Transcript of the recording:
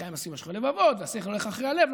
אחרי המעשים נמשכים הלבבות והשכל הולך אחרי הלב.